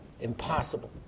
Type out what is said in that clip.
impossible